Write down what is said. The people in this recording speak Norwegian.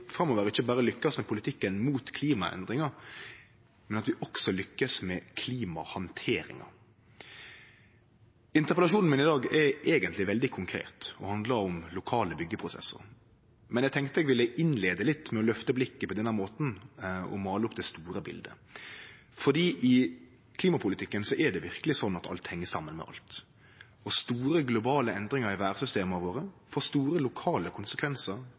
framover ikkje berre lykkast med politikken mot klimaendringa, men at vi også lykkast med klimahandteringa. Interpellasjonen min i dag er eigentleg veldig konkret og handlar om lokale byggjeprosessar. Men eg tenkte eg ville innleie litt med å løfte blikket på denne måten og måle opp det store biletet, for i klimapolitikken er det verkeleg slik at alt heng saman med alt. Store globale endringar i vêrsystema våre får store lokale konsekvensar